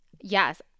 Yes